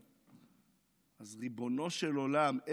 אז ריבונו של עולם,